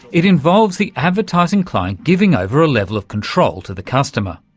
it involves the advertising client giving over a level of control to the customer.